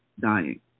dying